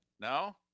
No